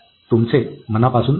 आणि तुमचे मनापासून आभार